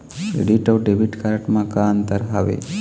Credit अऊ debit card म का अंतर हावे?